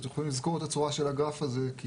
אתם יכולים לזכור את הצורה של הגרף הזה כי